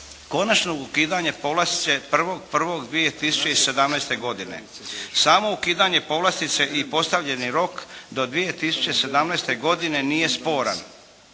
konačnog ukidanja povlastice 1.1.2017. godine. Samo ukidanje povlastice i postavljeni rok do 2017. godine nije sporan.